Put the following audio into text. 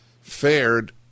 fared